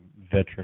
veteran